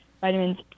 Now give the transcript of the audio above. vitamins